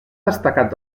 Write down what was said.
destacat